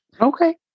Okay